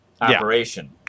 operation